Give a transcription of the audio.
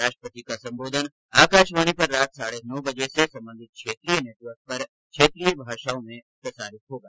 राष्ट्रपति का संबोधन आकाशवाणी पर रात साढ़े नौ बजे से संबंधित क्षेत्रीय नेटवर्क पर क्षेत्रीय भाषाओं में प्रसारित होगा